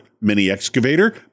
mini-excavator